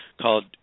called